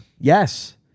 Yes